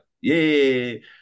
yay